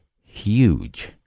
huge